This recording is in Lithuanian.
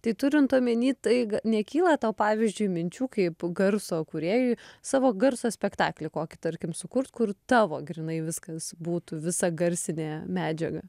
tai turint omeny tai nekyla tau pavyzdžiui minčių kaip garso kūrėjui savo garso spektaklį kokį tarkim sukurt kur tavo grynai viskas būtų visa garsinė medžiaga